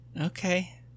okay